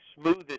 smoothest